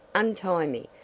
untie me,